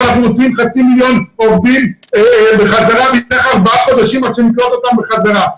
אנחנו מוציאים חצי מיליון עובדים ויעברו חודשים עד שנקלוט אותם בחזרה.